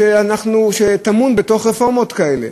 שטמון ברפורמות כאלה,